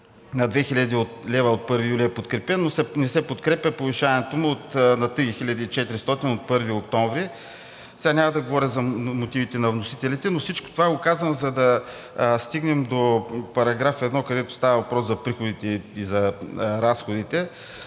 на 2000 лв. от 1 юли е подкрепено, не се подкрепя повишаването му на 3400 лв. от 1 октомври. Сега няма да говоря за мотивите на вносителите, но всичко това го казвам, за да стигнем до § 1, където става въпрос за приходите и за разходите.